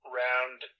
round